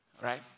right